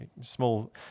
small